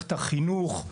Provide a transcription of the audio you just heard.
מערכת החינוך.